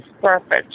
perfect